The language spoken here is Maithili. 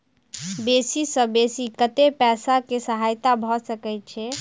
बेसी सऽ बेसी कतै पैसा केँ सहायता भऽ सकय छै?